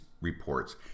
reports